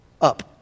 up